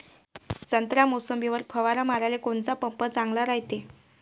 संत्रा, मोसंबीवर फवारा माराले कोनचा पंप चांगला रायते?